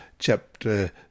Chapter